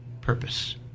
purpose